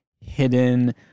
hidden